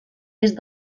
est